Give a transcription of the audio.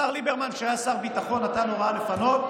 השר ליברמן, כשהיה שר ביטחון, נתן הוראה לפנות.